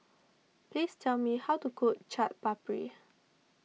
please tell me how to cook Chaat Papri